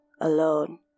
alone